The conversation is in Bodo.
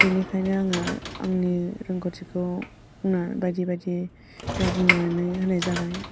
बिनिखायनो आङो आंनि रोंगौथिखौ बुंना बायदि बायदियाव बुंनानै होनाय जाबाय